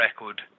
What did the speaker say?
record